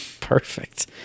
Perfect